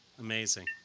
Amazing